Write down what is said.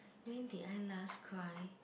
when did I last cry